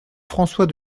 françois